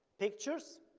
pictures,